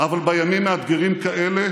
אבל בימים מאתגרים כאלה,